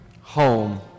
Home